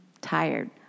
tired